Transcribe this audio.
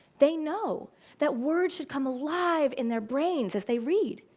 they know that world should come alive in their brains as they read.